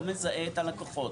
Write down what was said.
לא מזהה את הלקוחות,